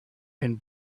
been